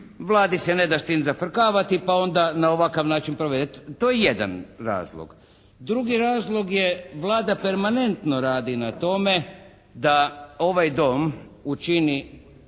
Vladi se ne da s tim zafrkavati pa onda na ovakav način provede. To je jedan razlog. Drugi razlog je Vlada permanentno radi na tome da ovaj Dom učini